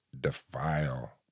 defile